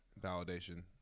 validation